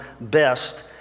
best